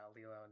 Lilo